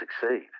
succeed